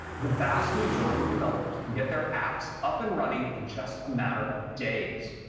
the vast majority of developers can get their apps up and running in just a matter of days.